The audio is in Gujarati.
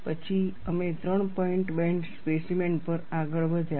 પછી અમે ત્રણ પોઈન્ટ બેન્ડ સ્પેસીમેન પર આગળ વધ્યા